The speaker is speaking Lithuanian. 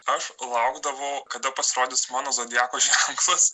aš laukdavau kada pasirodys mano zodiako ženklas